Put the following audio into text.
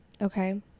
Okay